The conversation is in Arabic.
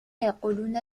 يقولون